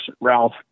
Ralph